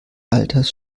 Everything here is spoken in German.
alters